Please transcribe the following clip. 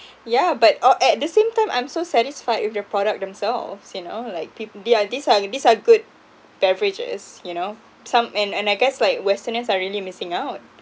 yeah but oh at the same time I'm so satisfied with the product themselves you know like peo~ they're these are these are good beverages you know some and and I guess like westerners are really missing out